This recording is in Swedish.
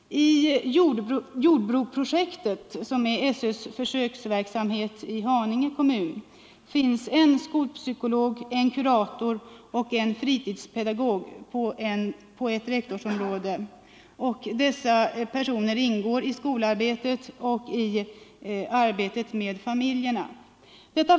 I Jordbroprojektet, som är SÖ:s försöksverksamhet i Haninge kommun, finns en skolpsykolog, en kurator och en fritidspedagog på ett rektorsområde. Dessa personer deltar i skolarbetet och i arbetet med familjerna.